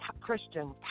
Christian